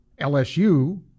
LSU